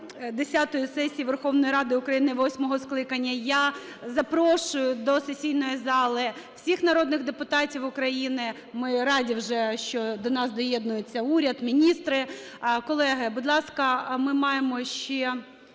сесії Верховної Ради України восьмого скликання. Я запрошую до сесійної зали всіх народних депутатів України. Ми раді вже, що до нас доєднується уряд, міністри. Колеги, будь ласка, ми маємо ще